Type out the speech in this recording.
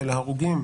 של ההרוגים,